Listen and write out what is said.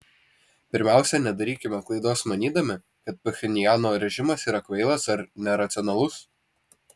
pirmiausia nedarykime klaidos manydami kad pchenjano režimas yra kvailas ar neracionalus